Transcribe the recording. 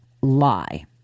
lie